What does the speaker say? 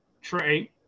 Trey